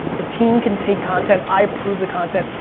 the team can take content, i approve the content,